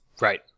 right